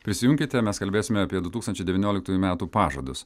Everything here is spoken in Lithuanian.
prisijunkite mes kalbėsime apie dū tūkstančiai devynioliktųjų metų pažadus